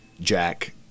Jack